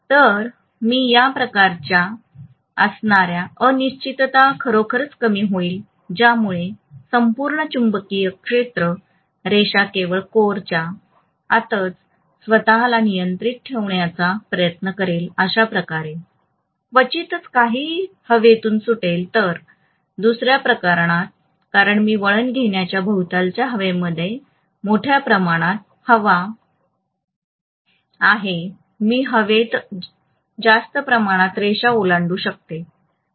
तर या प्रकरणात असणारी अनिश्चितता खरोखरच कमी होईल ज्यामुळे संपूर्ण चुंबकीय क्षेत्र रेषा केवळ कोरच्या आतच स्वतःला मर्यादित ठेवण्याचा प्रयत्न करेल अशा प्रकारे क्वचितच काहीही हवेतून सुटेल तर दुसर्या प्रकरणात कारण मी वळण घेण्याच्या भोवतालच्या हवेमध्ये मोठ्या प्रमाणात हवा आहे मी हवेत जास्त प्रमाणात रेषा ओलांडू शकतो